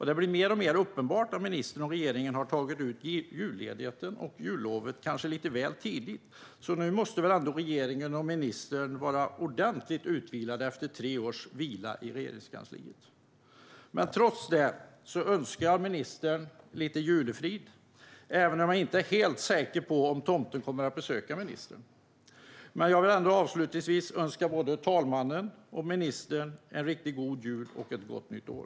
Det blir mer och mer uppenbart att ministern och regeringen har tagit ut julledigheten lite väl tidigt. Nu måste regeringen och ministern vara ordentligt utvilade efter tre års vila i Regeringskansliet. Jag önskar ändå ministern lite julefrid, även om jag inte är helt säker på att tomten kommer att besöka ministern. Avslutningsvis önskar jag både talmannen och ministern en riktigt god jul och ett gott nytt år.